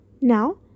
Now